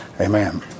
Amen